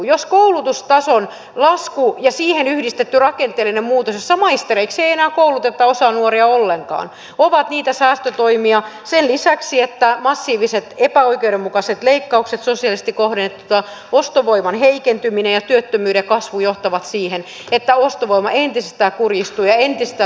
jos koulutustason lasku ja siihen yhdistetty rakenteellinen muutos jossa maistereiksi ei enää kouluteta osaa nuorista ollenkaan ovat niitä säästötoimia ja lisäksi massiiviset epäoikeudenmukaiset leikkaukset sosiaalisesti kohdennettuina ostovoiman heikentyminen ja työttömyyden kasvu ne johtavat siihen että ostovoima entisestään kurjistuu ja entisestään tulee lisää työttömiä